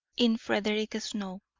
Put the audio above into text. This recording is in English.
in frederick snow,